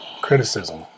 criticism